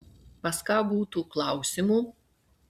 pas ką būtų klausimų